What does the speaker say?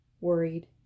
worried